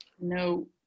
No